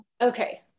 Okay